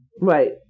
Right